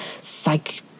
psych